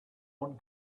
one